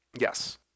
Yes